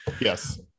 Yes